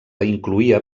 incloïa